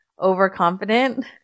overconfident